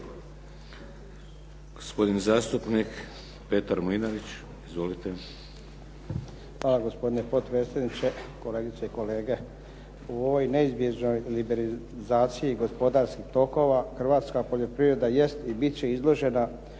Hvala gospodine potpredsjedniče, kolegice i kolege. U ovoj neizbježnoj liberalizaciji gospodarskih tokova hrvatska poljoprivreda jest i biti će izložena